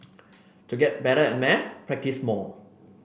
to get better at maths practise more